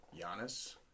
Giannis